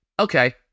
okay